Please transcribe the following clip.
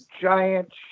giant